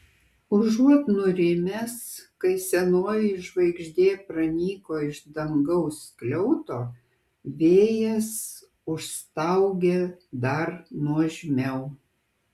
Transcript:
užuot nurimęs kai senoji žvaigždė pranyko iš dangaus skliauto vėjas užstaugė dar nuožmiau